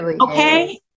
okay